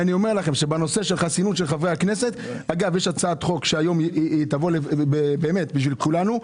בנושא החסינות של חברי כנסת אגב יש הצעת חוק שהיום תבוא בשביל כולנו,